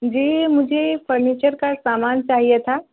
جی مجھے فرنیچر کا سامان چاہیے تھا